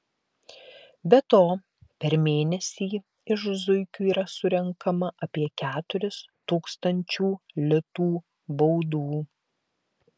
be to per mėnesį iš zuikių yra surenkama apie keturis tūkstančių litų baudų